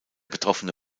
betroffene